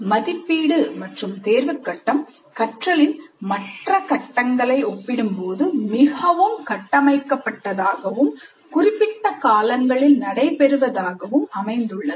மதிப்பீடு மற்றும் தேர்வு கட்டம் கற்றலின் மற்ற கட்டங்களை ஒப்பிடும்போது மிகவும் கட்டமைக்கப்பட்டதாகவும் குறிப்பிட்ட காலங்களில் நடைபெறுவதாகவும் அமைந்துள்ளது